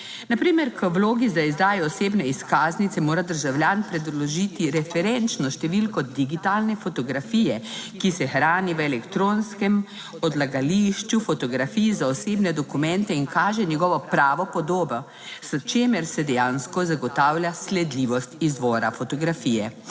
Na primer k vlogi za izdajo osebne izkaznice mora državljan predložiti referenčno številko digitalne fotografije, ki se hrani v elektronskem odlagališču fotografij za osebne dokumente in kaže njegovo pravo podobo, s čimer se dejansko zagotavlja sledljivost izvora fotografije.